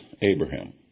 Abraham